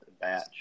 Batch